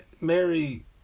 Mary